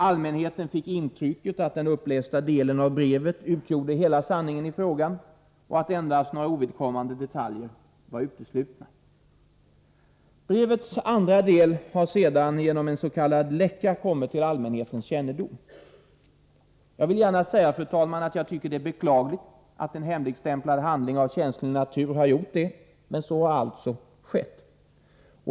Allmänheten fick intrycket att den upplästa delen av brevet utgjorde hela sanningen i frågan och att endast några ovidkommande detaljer var uteslutna. Brevets andra del har sedan genom en s.k. läcka kommit till allmänhetens kännedom. Jag vill gärna säga, fru talman, att jag tycker att det är beklagligt att detta blivit fallet med en hemligstämplad handling av känslig natur, men så har alltså skett.